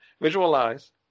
Visualize